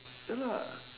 ya lah